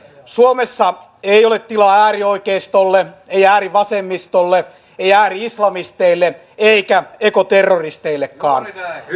suomessa ei ole tilaa äärioikeistolle ei äärivasemmistolle ei ääri islamisteille eikä ekoterroristeillekaan